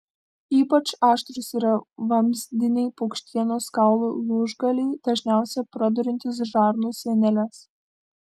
ypač aštrūs yra vamzdiniai paukštienos kaulų lūžgaliai dažniausiai praduriantys žarnų sieneles